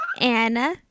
Anna